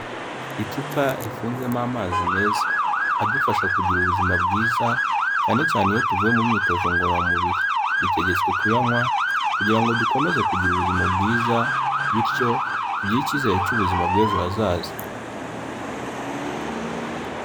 Icupa rifunzemo amazi meza, adufasha kugira ubuzima bwiza, cyane cyane iyo tuvuye mu myitozo ngororamubiri, dutegetswe kuyanywa kugira ngo dukomeze kugira ubuzima bwiza, bityo tugire icyizere cy'ubuzima bw'ejo hazaza.